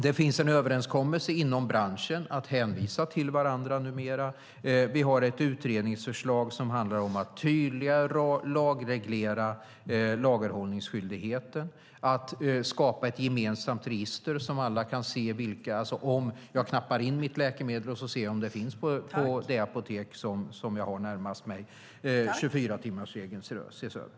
Det finns numera en överenskommelse inom branschen att hänvisa till varandra. Vi har ett utredningsförslag som handlar om att tydligare lagreglera lagerhållningsskyldigheten och att skapa ett gemensamt register som gör att alla kan se vad som finns. Om man knappar in sitt läkemedel ser man om det finns på det apotek som man har närmast till. 24-timmarsregeln ses också över.